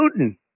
Putin